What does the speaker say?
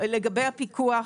לגבי הפיקוח,